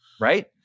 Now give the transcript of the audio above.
right